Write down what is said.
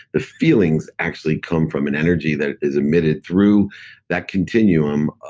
the feelings actually come from an energy that is emitted through that continuum,